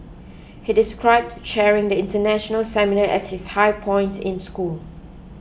he described chairing the international seminar as his high point in school